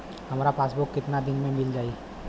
हमार पासबुक कितना दिन में मील जाई?